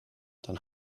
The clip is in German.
dann